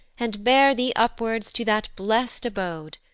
and bear thee upwards to that blest abode,